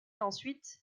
ensuite